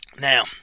Now